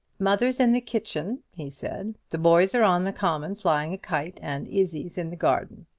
mother's in the kitchen, he said the boys are on the common flying a kite, and izzie's in the garden.